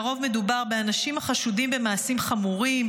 לרוב מדובר על אנשים החשודים במעשים חמורים,